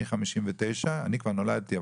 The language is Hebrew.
מ-59' אני כבר נולדתי,